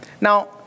Now